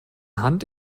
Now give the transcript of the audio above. hand